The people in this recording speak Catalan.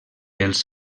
els